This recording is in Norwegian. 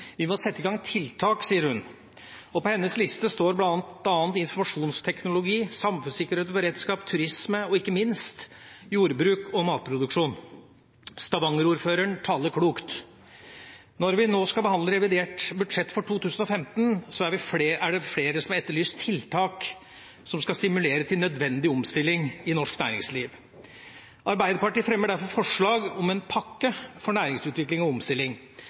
Vi må sette i gang tiltak, sier hun, og på hennes liste står bl.a. informasjonsteknologi, samfunnssikkerhet og beredskap, turisme og ikke minst jordbruk og matproduksjon. Stavanger-ordføreren taler klokt. Når vi nå skal behandle revidert budsjett for 2015, er det flere som har etterlyst tiltak som skal stimulere til nødvendig omstilling i norsk næringsliv. Arbeiderpartiet fremmer derfor forslag om en pakke for næringsutvikling og omstilling,